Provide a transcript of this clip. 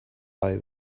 buy